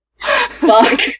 Fuck